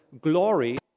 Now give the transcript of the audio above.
glory